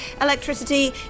electricity